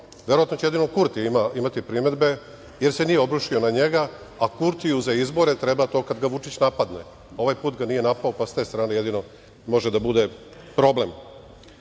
verovatno će jedino Kurti imati primedbe, jer se nije obrušio na njega, a Kurtiju za izbore treba to kad ga Vučić napadne. Ovaj put ga nije napao, pa sa te strane jedino može da bude problem. Završio